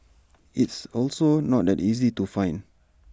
it's also not that easy to find